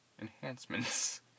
enhancements